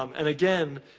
um and again,